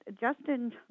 Justin